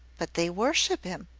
but they worship him,